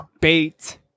bait